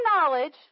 knowledge